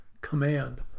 command